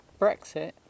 brexit